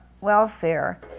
welfare